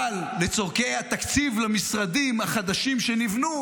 אבל לצורכי התקציב למשרדים החדשים שנבנו,